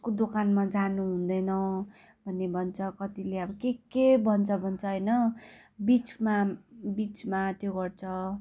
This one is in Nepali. यसको दोकानमा जानुहुँदैन भन्ने भन्छ कतिले अब के के भन्छ भन्छ होइन बिचमा बिचमा त्यो गर्छ